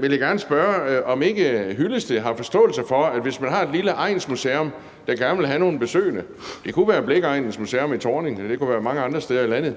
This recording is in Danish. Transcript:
vil jeg gerne spørge, om ikke hr. Henning Hyllested har forståelse for, at hvis man har et lille egnsmuseum, der gerne vil have nogle besøgende – det kunne være Blicheregnens Museum i Thorning, og det kunne være mange andre steder i landet